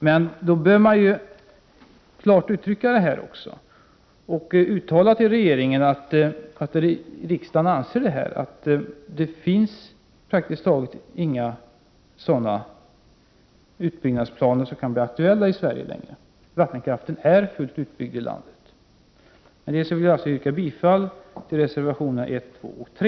Men då bör riksdagen klart uttala för regeringen att det finns praktiskt taget inga sådana utbyggnadsplaner som kan bli aktuella i Sverige längre. Vattenkraften är fullt utbyggd i landet. Med detta, herr talman, yrkar jag bifall till reservationerna 1, 2 och 3.